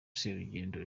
serugendo